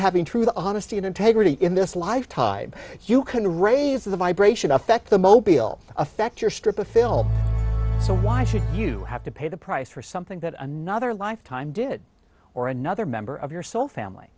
having true honesty and integrity in this life time you can raise the vibration affect the mobile effect your strip of film so why should you have to pay the price for something that another lifetime did or another member of yourself family